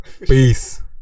Peace